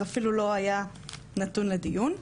זה אפילו לא היה נתון לדיון.